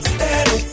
Steady